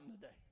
today